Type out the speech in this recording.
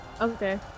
Okay